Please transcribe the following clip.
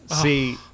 See